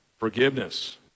forgiveness